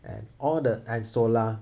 and all the and solar